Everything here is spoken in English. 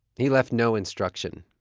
he left no instruction.